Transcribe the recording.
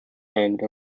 end